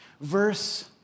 Verse